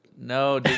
No